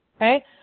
okay